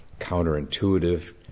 counterintuitive